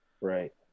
Right